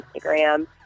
Instagram